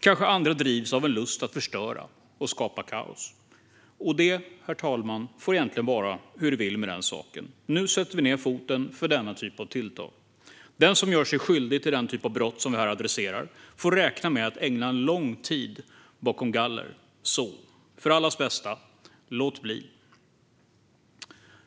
Kanske andra drivs av en lust att förstöra och skapa kaos. Herr talman! Det får egentligen vara hur det vill med den saken. Nu sätter vi ned foten för denna typ av tilltag. Den som gör sig skyldig till den typ av brott som vi här adresserar får räkna med att ägna en lång tid bakom lås och bom. Så för allas bästa: Låt bli!